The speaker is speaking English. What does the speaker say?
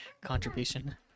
contribution